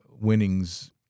winnings